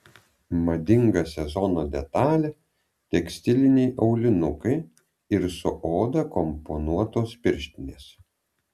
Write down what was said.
madinga sezono detalė tekstiliniai aulinukai ir su oda komponuotos pirštinės